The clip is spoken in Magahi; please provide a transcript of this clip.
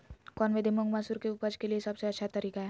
कौन विधि मुंग, मसूर के उपज के लिए सबसे अच्छा तरीका है?